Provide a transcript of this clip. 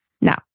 Now